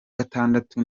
gatandatu